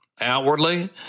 Outwardly